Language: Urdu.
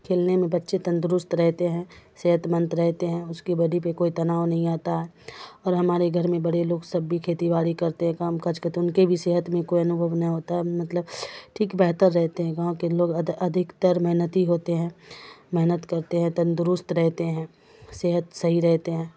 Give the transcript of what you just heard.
کھیلنے میں بچے تندرست رہتے ہیں صحت مند رہتے ہیں اس کی بوڈی پہ کوئی تناؤ نہیں آتا ہے اور ہمارے گھر میں بڑے لوگ سب بھی کھیتی باڑی کرتے ہیں کام کاج کے تو ان کے بھی صحت میں کوئی انوبھو نہیں ہوتا ہے مطلب ٹھیک بہتر رہتے ہیں گاؤں کے لوگ ادھکتر محنتی ہوتے ہیں محنت کرتے ہیں تندرست رہتے ہیں صحت صحیح رہتے ہیں